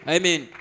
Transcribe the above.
Amen